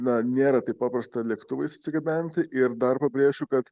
na nėra taip paprasta lėktuvais atsigabenti ir dar pabrėšiu kad